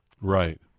Right